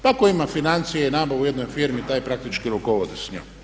Pa tko ima financije i nabavu u jednoj firmi taj praktički rukovodi s njom.